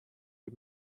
you